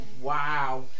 wow